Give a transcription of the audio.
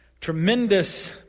Tremendous